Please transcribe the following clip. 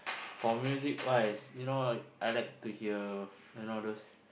for music wise you know I like to hear you know those